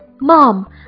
Mom